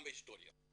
בהיסטוריה.